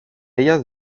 ellas